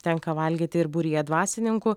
tenka valgyti ir būryje dvasininkų